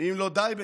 ואם לא די בכך,